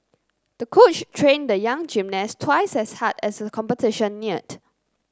the coach trained the young gymnast twice as hard as the competition neared